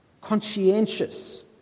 Conscientious